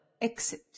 Exit